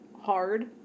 hard